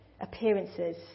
appearances